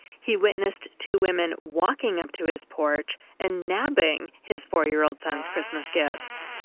he witnessed two women walking up to his porch and nabbing his four-year-old son's christmas gifts.